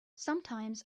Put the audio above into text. sometimes